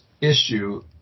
issue